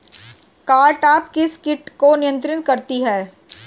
Cartap किस किट को नियंत्रित करती है?